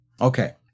Okay